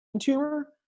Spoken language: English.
tumor